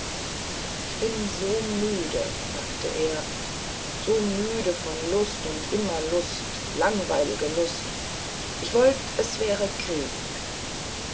ich bin so müde sagte er so müde von lust und immer lust langweilige lust ich wollt es wäre krieg